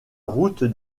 route